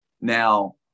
now